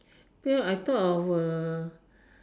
well I thought of